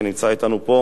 שנמצא אתנו פה.